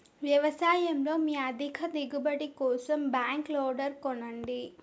వ్యవసాయంలో మీ అధిక దిగుబడి కోసం బ్యాక్ లోడర్ కొనండి